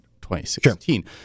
2016